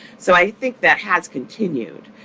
so i think that has continued.